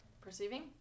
Perceiving